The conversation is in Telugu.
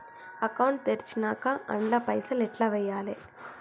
అకౌంట్ తెరిచినాక అండ్ల పైసల్ ఎట్ల వేయాలే?